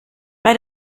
bei